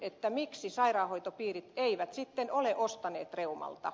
kysyn miksi sairaanhoitopiirit eivät sitten ole ostaneet reumalta